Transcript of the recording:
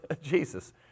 Jesus